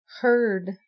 heard